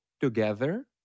together